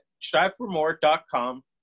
striveformore.com